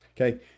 Okay